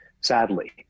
sadly